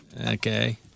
Okay